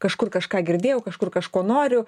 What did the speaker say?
kažkur kažką girdėjau kažkur kažko noriu